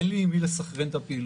אין לי עם מי לסנכרן את הפעילות.